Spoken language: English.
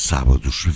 Sábados